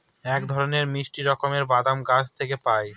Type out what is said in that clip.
এক ধরনের মিষ্টি রকমের বাদাম গাছ থেকে পায়